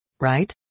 right